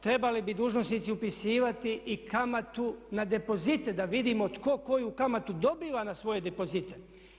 Trebali bi dužnosnici upisivati i kamatu na depozite da vidimo tko koju kamatu dobiva na svoje depozite.